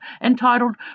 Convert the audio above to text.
entitled